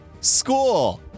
School